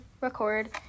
record